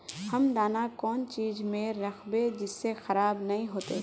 हम दाना कौन चीज में राखबे जिससे खराब नय होते?